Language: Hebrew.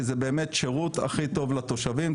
כי זה באמת שירות הכי טוב לתושבים.